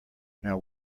now